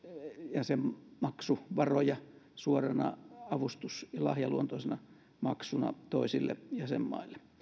jäsenmaksuvaroja suorana avustus ja lahjaluontoisena maksuna toisille jäsenmaille